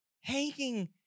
hanging